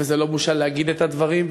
וזו לא בושה להגיד את הדברים,